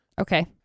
Okay